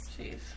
Jeez